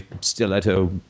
stiletto